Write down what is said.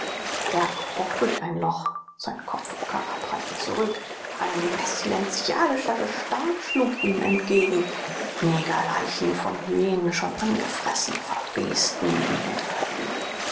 erb kroch durch ein loch sein kopf und körper prallten zurück ein pestilenzialischer gestank schlug ihm entgegen negerleichen von hyänen schon angefressen verwesten in der hütte